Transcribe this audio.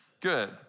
good